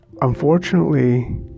Unfortunately